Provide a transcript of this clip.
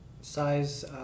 size